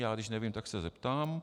Já když nevím, tak se zeptám.